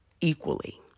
equally